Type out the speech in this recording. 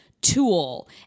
tool